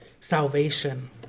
salvation